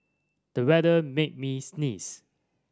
the weather made me sneeze